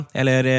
eller